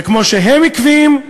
וכמו שהם עקביים,